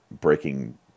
breaking